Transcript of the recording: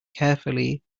carefully